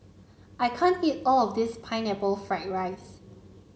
I can't eat all of this Pineapple Fried Rice